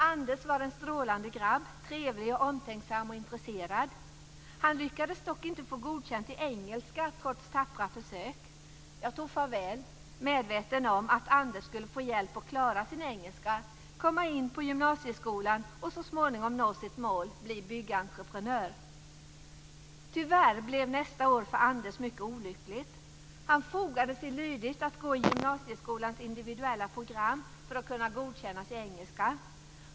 Anders var en strålande grabb, trevlig, omtänksam och intresserad. Han lyckades dock inte få godkänt i engelska, trots tappra försök. Jag tog farväl, medveten om att Anders skulle få hjälp med att klara sin engelska, komma in på gymnasieskolan och så småningom nå sitt mål att bli byggentreprenör. Tyvärr blev nästa år för Anders mycket olyckligt. Han fogade sig lydigt i att gå på gymnasieskolans individuella program för att kunna godkännas i engelska.